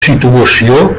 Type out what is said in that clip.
situació